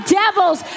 devils